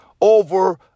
over